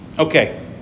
Okay